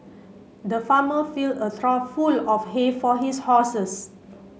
the farmer fill a full of hay for his horses